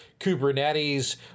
Kubernetes